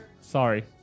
Sorry